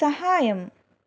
సహాయం